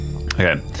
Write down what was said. Okay